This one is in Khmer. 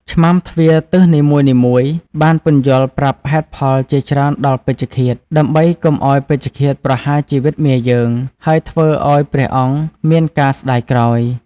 ឆ្មាំទ្វារទិសនីមួយៗបានពន្យល់ប្រាប់ហេតុផលជាច្រើនដល់ពេជ្ឈឃាត ដើម្បីកុំឱ្យពេជ្ឈឃាតប្រហារជីវិតមាយើង ហើយធ្វើឱ្យព្រះអង្គមានការស្តាយក្រោយ។